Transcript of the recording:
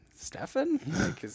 Stefan